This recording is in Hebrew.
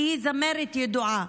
כי היא זמרת ידועה,